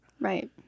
Right